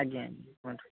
ଆଜ୍ଞା ଆଜ୍ଞା କୁହନ୍ତୁ